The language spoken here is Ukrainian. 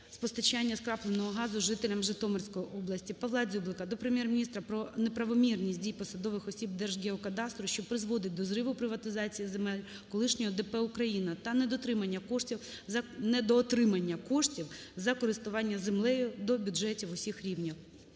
постачання скрапленого газу жителям Житомирської області. ПавлаДзюблика до Прем'єр-міністра про неправомірність дій посадових осіб Держгеокадастру, що призводить до зриву приватизації земель колишнього ДП "Україна" та недоотримання коштів за користування землею до бюджетів усіх рівнів.